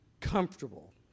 comfortable